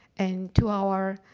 and to our